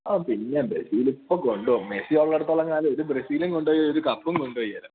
ആ പിന്നെ ബ്രസീലിപ്പോള് കൊണ്ടുപോകും മെസ്സിയുള്ളയിടത്തോളം കാലം ഒരു ബ്രസീലും കൊണ്ടുപോകുകയില്ല ഒരു കപ്പും കൊണ്ടുപോകുകയില്ല